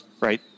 right